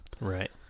Right